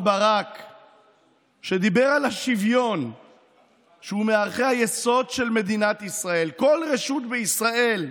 והינה, רק שבועיים ראש ממששת המנדטים, שבועיים,